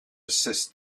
assist